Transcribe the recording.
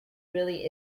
really